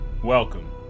Welcome